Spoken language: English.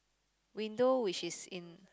window which is in